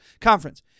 conference